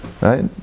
right